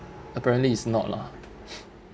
apparently is not lah